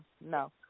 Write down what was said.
No